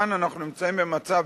כאן אנחנו נמצאים במצב,